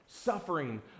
Suffering